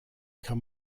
kann